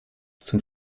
zum